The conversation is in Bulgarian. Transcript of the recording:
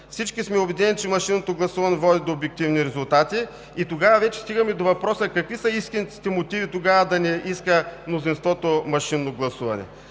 Всички сме убедени, че машинното гласуване води до обективни резултати и тогава вече стигаме до въпроса: какви са тогава истинските мотиви мнозинството да не иска машинно гласуване?